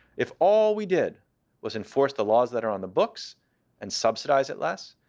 if all we did was enforce the laws that are on the books and subsidize it less,